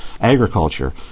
Agriculture